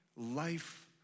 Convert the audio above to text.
life